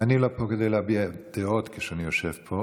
אני לא פה כדי להביע דעות כשאני יושב פה,